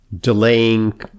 delaying